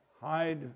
hide